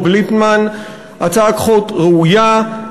הצעת חוק ראויה,